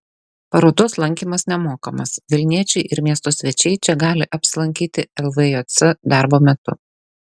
parodos lankymas nemokamas vilniečiai ir miesto svečiai čia gali apsilankyti lvjc darbo metu